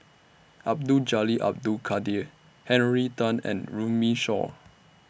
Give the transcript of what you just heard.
Abdul Jalil Abdul Kadir Henry Tan and Runme Shaw